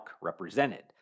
represented